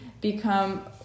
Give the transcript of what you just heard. become